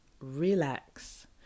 relax